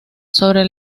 sobre